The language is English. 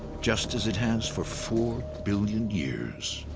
just as it has for four billion years,